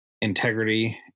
integrity